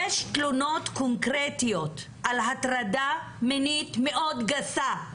יש תלונות קונקרטיות על הטרדה מינית מאוד גסה.